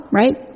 right